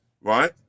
right